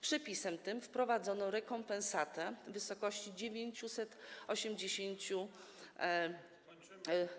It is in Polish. Przepisem tym wprowadzono rekompensatę w wysokości 980.